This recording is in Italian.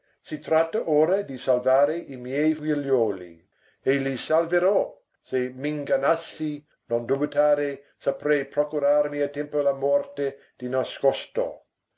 si tratta ora di salvare i miei figliuoli e li salverò se m'ingannassi non dubitare saprei procurarmi a tempo la morte di nascosto